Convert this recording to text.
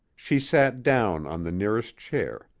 she sat down on the nearest chair,